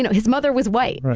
and his mother was white,